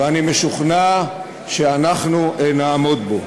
ואני משוכנע שאנחנו נעמוד בו.